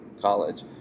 college